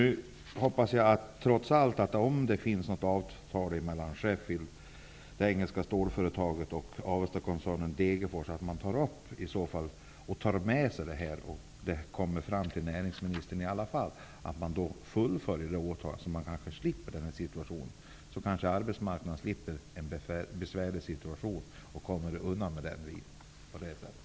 Trots allt hoppas jag att man, om det finns något avtal mellan det engelska stålföretaget Sheffield och Degerfors som ingår i Avestakoncernen, tar upp frågan och för den vidare till näringsministern. Jag hoppas alltså att man fullföljer sitt åtagande, så att människor kanske slipper hamna i nämnda situation. Också arbetsmarknadsministern slipper då kanske en besvärlig situation och kommer därmed undan problemen i detta sammanhang.